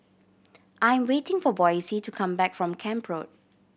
I am waiting for Boysie to come back from Camp Road